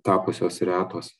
tapusios retos